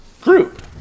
group